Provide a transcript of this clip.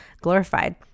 glorified